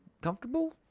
comfortable